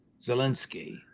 Zelensky